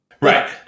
Right